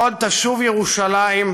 / עד תשוב ירושלים,